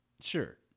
sure